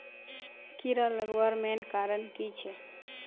कीड़ा लगवार मेन कारण की छे?